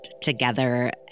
Together